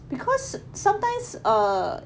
because sometimes err